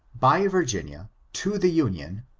by virginia, to the union,